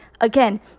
again